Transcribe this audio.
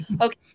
okay